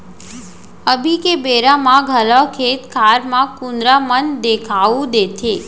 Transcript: अभी के बेरा म घलौ खेत खार म कुंदरा मन देखाउ देथे